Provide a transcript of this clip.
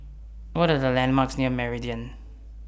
What Are The landmarks near Meridian